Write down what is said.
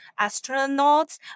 astronauts